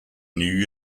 new